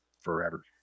forever